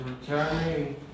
returning